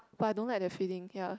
but I don't like that feeling ya